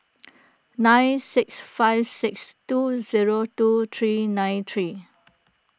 nine six five six two zero two three nine three